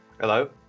Hello